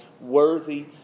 Worthy